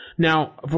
Now